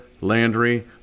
Landry